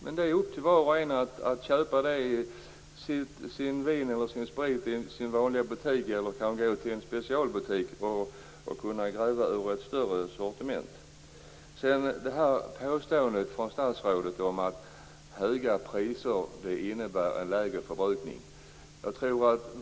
Men det är då upp till var och en att köpa sitt vin eller sin sprit i en vanlig butik eller i en specialbutik och gräva ur ett större sortiment. Statsrådet påstår att höga priser innebär en lägre förbrukning.